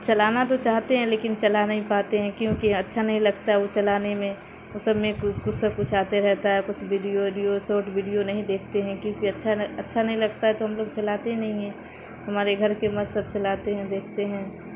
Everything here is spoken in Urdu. چلانا تو چاہتے ہیں لیکن چلا نہیں پاتے ہیں کیونکہ اچھا نہیں لگتا ہے وہ چلانے میں وہ سب میں کچھ سب کچھ آتے رہتا ہے کچھ ویڈیو اوڈیو شورٹ ویڈیو نہیں دیکھتے ہیں کیونکہ اچھا نہ اچھا نہیں لگتا ہے تو ہم لوگ چلاتے ہی نہیں ہیں ہمارے گھر کے مرد سب چلاتے ہیں دیکھتے ہیں